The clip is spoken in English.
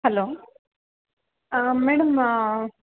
hello madam